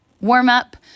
warm-up